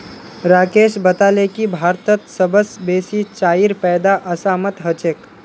राकेश बताले की भारतत सबस बेसी चाईर पैदा असामत ह छेक